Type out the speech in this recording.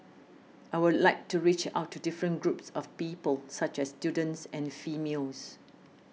I would like to reach out to different groups of people such as students and females